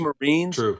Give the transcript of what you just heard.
Marines